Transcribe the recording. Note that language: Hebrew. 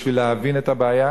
בשביל להבין את הבעיה?